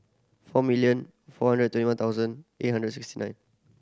four million four hundred twenty one thousand eight hundred sixty nine